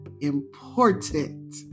important